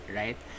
right